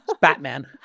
Batman